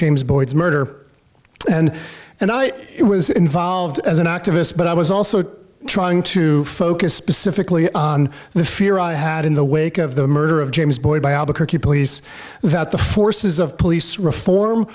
james boyd's murder and then i was involved as an activist but i was also trying to focus specifically on the fear i had in the wake of the murder of james boyd by albuquerque police that the forces of police reform